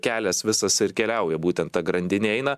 kelias visas ir keliauja būtent ta grandine eina